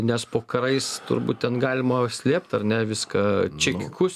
nes po karais turbūt ten galima slėpt ar ne viską čekiukus